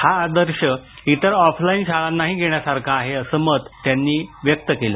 हा आदर्श इतर ऑफलाइन शाळांनाही घेण्यासारखा आहे असं त्यांनी नमूद केलं